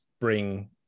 bring